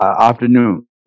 afternoon